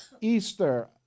Easter